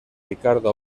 ricardo